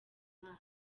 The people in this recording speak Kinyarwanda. imana